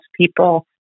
people